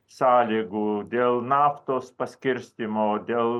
sąlygų dėl naftos paskirstymo dėl